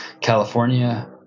California